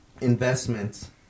Investments